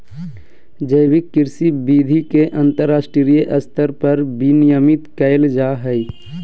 जैविक कृषि विधि के अंतरराष्ट्रीय स्तर पर विनियमित कैल जा हइ